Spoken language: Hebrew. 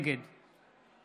נגד